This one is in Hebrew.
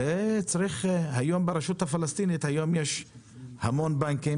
היום ברשות הפלסטינית יש המון בנקים